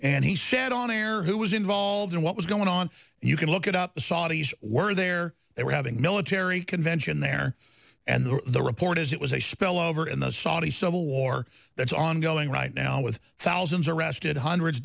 and he shared on air who was involved in what was going on and you can look it up the saudis were there they were having military convention there and the report is it was a spillover in the saudi civil war that's ongoing right now with thousands arrested hundreds